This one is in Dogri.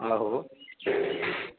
आहो